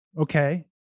okay